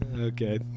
okay